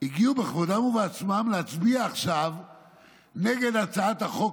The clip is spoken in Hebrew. "הגיעו בכבודם ובעצמם להצביע עכשיו נגד הצעת החוק